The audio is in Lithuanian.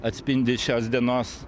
atspindi šios dienos